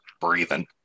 breathing